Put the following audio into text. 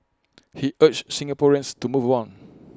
he urged Singaporeans to move on